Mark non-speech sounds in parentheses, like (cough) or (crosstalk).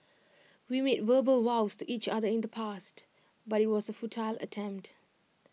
(noise) we made verbal vows to each other in the past but IT was A futile attempt